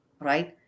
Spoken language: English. right